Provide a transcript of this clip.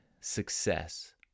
success